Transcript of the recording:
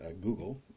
Google